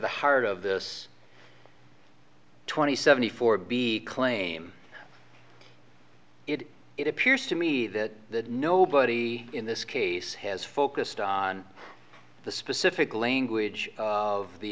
the heart of this twenty seventy four b claim it it appears to me that nobody in this case has focused on the specific language of the